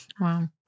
Wow